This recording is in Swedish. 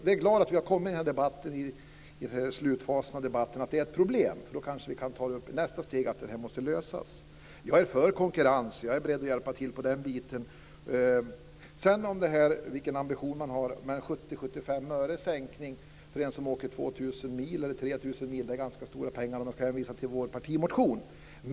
Jag är glad att vi i den här debattens slutfas har kommit fram till att det är ett problem. Då kanske vi kan ta nästa steg; att det här måste lösas. Jag är för konkurrens. Jag är beredd att hjälpa till i fråga om den biten. Sedan till det här med vilken ambition man har med 70-75 öres sänkning. För en som åker 2 000 mil eller 3 000 mil är det ganska stora pengar, om man nu ska hänvisa till vår partimotion.